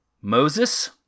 Moses